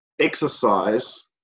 exercise